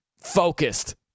focused